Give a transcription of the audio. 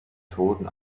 toten